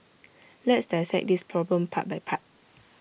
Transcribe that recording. let's dissect this problem part by part